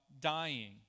dying